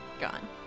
gone